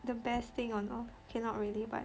the best thing of all okay not really but